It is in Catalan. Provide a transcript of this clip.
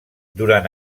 durant